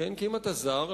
כי אם אתה זר,